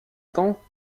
temps